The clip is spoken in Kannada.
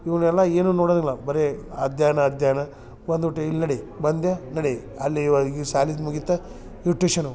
ಇವನ್ನೆಲ್ಲ ಏನು ನೋಡದಿಲ್ಲ ಬರೇ ಅಧ್ಯಯನ ಅಧ್ಯಯನ ಬನ್ಬಿಟ್ಯ ಇಲ್ಲಿ ನಡೆ ಬಂದ್ಯಾ ನಡೆ ಅಲ್ಲೆ ಇವಾಗ ಈ ಶಾಲಿದ ಮುಗಿತ ಇನ್ನ ಟ್ಯೂಷನ್ ಹೋಗಿ